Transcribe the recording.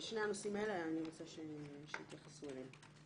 אני רוצה שיתייחסו לשני הנושאים האלה.